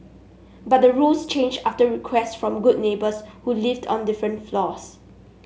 but the rules changed after requests from good neighbours who lived on different floors